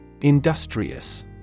INDUSTRIOUS